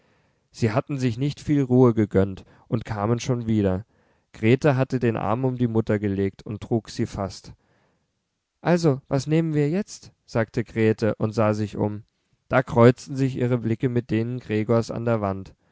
sie hatten sich nicht viel ruhe gegönnt und kamen schon wieder grete hatte den arm um die mutter gelegt und trug sie fast also was nehmen wir jetzt sagte grete und sah sich um da kreuzten sich ihre blicke mit denen gregors an der wand